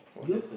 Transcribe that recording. you